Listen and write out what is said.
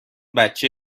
بچه